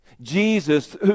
Jesus